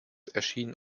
erschienen